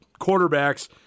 quarterbacks